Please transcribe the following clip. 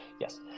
Yes